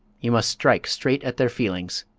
you must strike straight at their feelings.